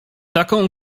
taką